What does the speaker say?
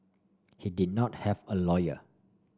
he did not have a lawyer